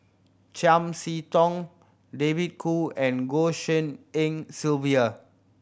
Chiam See Tong David Kwo and Goh Tshin En Sylvia